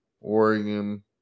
Oregon